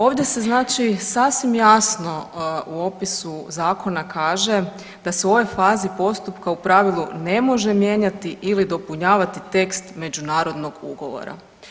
Ovdje se znači sasvim jasno u opisu zakona kaže da se u ovoj fazi postupka u pravilu ne može mijenjati ili dopunjavati tekst međunarodnog ugovora.